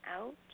out